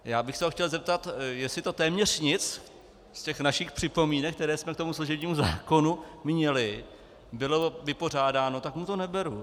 Já bych se ho chtěl zeptat, jestli to téměř nic z našich připomínek, které jsme k tomu služebnímu zákonu měli, bylo vypořádáno, tak mu to neberu.